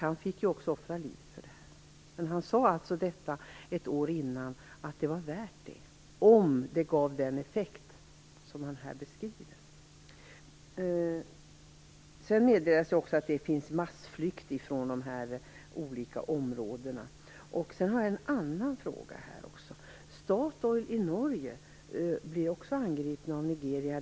Han fick ju också offra livet, men han sade alltså ett år innan att det var värt det om det gav den effekt som han här beskriver. Det meddelas också att det förekommer massflykt från de olika områdena. Sedan har jag också en annan fråga. Statoil i Norge blir också angripna i fråga om Nigeria.